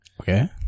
Okay